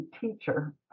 teacher